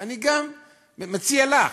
אני גם מציע לך,